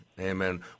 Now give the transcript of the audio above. Amen